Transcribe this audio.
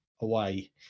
away